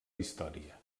història